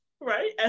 Right